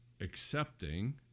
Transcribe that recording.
accepting